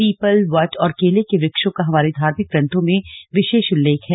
people वट और केले वृक्षों का हमारे धार्मिक ग्रंथों में विशेष उल्लेख है